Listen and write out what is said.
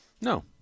No